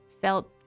felt